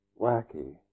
wacky